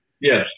Yes